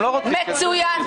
זה מצוין.